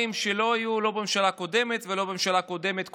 שלא היו לא בממשלה הקודמת ולא בממשלה הקודמת קודמת,